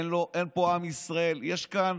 אין פה עם ישראל, יש כאן